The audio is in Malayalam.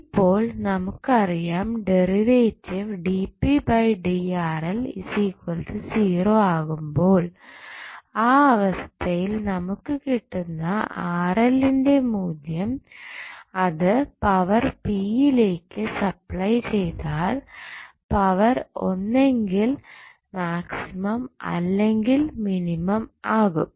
ഇപ്പോൾ നമുക് അറിയാം ഡെറിവേറ്റീവ് ആകുമ്പോൾ ആ അവസ്ഥയിൽ നമുക്കു കിട്ടുന്ന ന്റെ മൂല്യം അത് പവർ p യിലേക്ക് സപ്ലൈ ചെയ്താൽ പവർ ഒന്നെങ്കിൽ മാക്സിമം അല്ലെങ്കിൽ മിനിമം ആകും